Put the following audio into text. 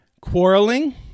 Quarreling